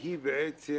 והיא בעצם